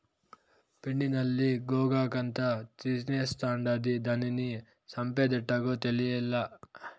పిండి నల్లి గోగాకంతా తినేస్తాండాది, దానిని సంపేదెట్టాగో తేలీలా